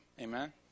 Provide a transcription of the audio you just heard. amen